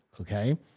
okay